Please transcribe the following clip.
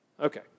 Okay